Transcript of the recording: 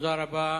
תודה רבה.